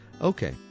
Okay